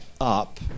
up